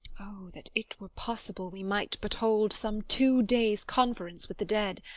o, that it were possible we might but hold some two days' conference with the dead!